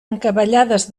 encavallades